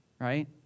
Right